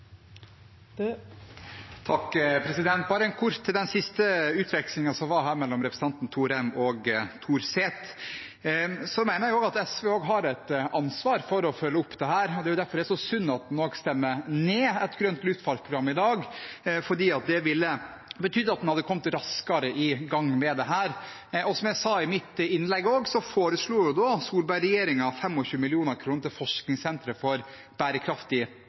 Bare kort til den siste utvekslingen som var her mellom representantene Thorheim og Torset: Jeg mener at SV også har et ansvar for å følge opp dette her. Det er derfor det er så synd at en stemmer ned et grønt luftfartsprogram i dag, for det ville betydd at en hadde kommet raskere i gang med det. Som jeg også sa i mitt innlegg, foreslo Solberg-regjeringen 25 mill. kr til forskningssentre for bærekraftig transport. SV hadde mulighet til